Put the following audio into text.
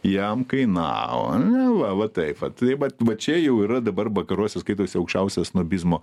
jam kainavo na va vat taip vat vat va čia jau yra dabar vakaruose skaitosi aukščiausias snobizmo